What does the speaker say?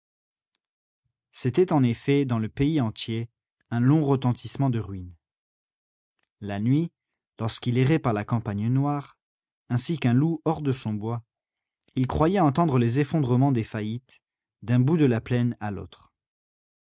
c'était en effet dans le pays entier un long retentissement de ruines la nuit lorsqu'il errait par la campagne noire ainsi qu'un loup hors de son bois il croyait entendre les effondrements des faillites d'un bout de la plaine à l'autre